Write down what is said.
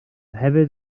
hefyd